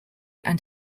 and